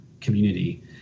community